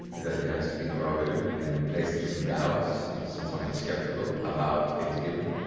that it has to be interrogative, and places things in doubts, that it's in some way sceptical about things given.